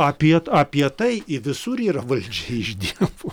apie apie tai i visur yra valdžia iš dievo